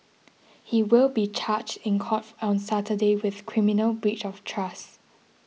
he will be charged in cough on Saturday with criminal breach of trust